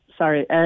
Sorry